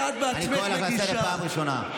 אני קורא אותך לסדר פעם ראשונה.